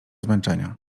zmęczenia